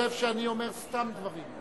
האם אדוני חושב שאני אומר סתם דברים?